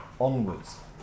onwards